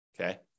Okay